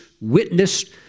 witnessed